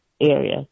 area